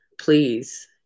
please